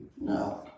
No